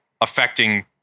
affecting